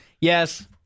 Yes